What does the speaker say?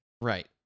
Right